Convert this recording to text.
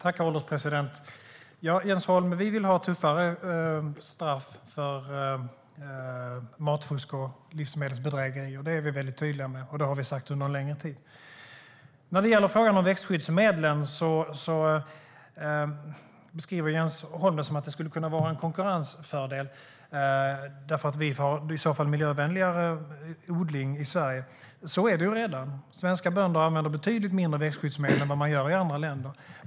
Herr ålderspresident! Ja, Jens Holm, vi vill ha tuffare straff för matfusk och livsmedelsbedrägerier. Det är vi väldigt tydliga med, och det har vi sagt under en längre tid. När det gäller frågan om växtskyddsmedlen beskriver Jens Holm det som att detta skulle kunna vara en konkurrensfördel därför att vi i så fall kommer att ha miljövänligare odling i Sverige. Men så är det redan. Svenska bönder använder betydligt mindre växtskyddsmedel än vad man gör i andra länder.